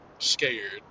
Scared